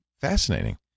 fascinating